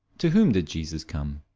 to whom did jesus come?